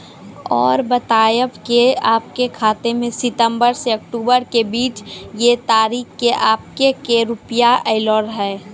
और बतायब के आपके खाते मे सितंबर से अक्टूबर के बीज ये तारीख के आपके के रुपिया येलो रहे?